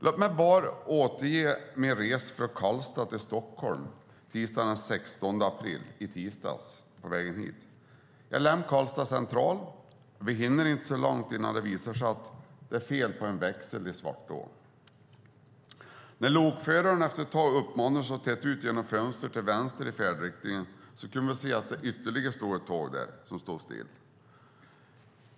Låt mig bara återge min resa från Karlstad till Stockholm tisdagen den 16 april, i tisdags, på väg hit. Jag lämnade Karlstad central. Vi hinner inte så långt innan det visar sig att det är fel på en växel i Svartå. När lokföraren efter ett tag uppmanar oss att titta ut genom fönstret till vänster i färdriktningen kunde vi se att det stod ytterligare ett tåg där, som stod still.